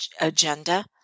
agenda